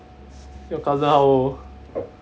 your cousin how old